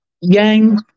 Yang